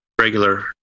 regular